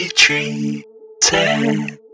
treated